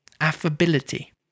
affability